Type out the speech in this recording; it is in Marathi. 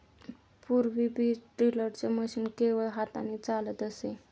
पूर्वी बीज ड्रिलचे मशीन केवळ हाताने चालत असे